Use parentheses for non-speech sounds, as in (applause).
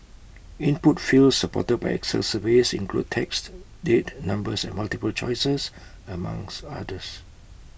input fields supported by excel surveys include text date numbers and multiple choices among (hesitation) others